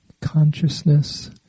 Consciousness